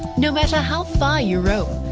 no matter how far you roam,